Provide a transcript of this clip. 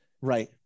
Right